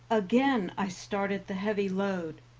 again i started the heavy load,